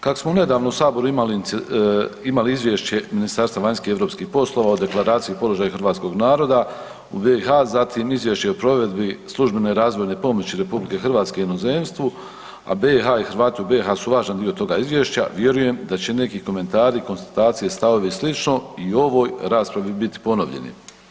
Kako smo nedavno u saboru imali Izvješće Ministarstva vanjskih i europskih poslova o deklaraciji i položaju hrvatskog naroda u BiH, zatim Izvješće o provedbi službene i razvojne pomoći RH inozemstvu, a BiH i Hrvati u BiH su važan dio toga izvješća, vjerujem da će neki komentari i konstatacije i stavovi i slično i u ovoj raspravi biti ponovljeni.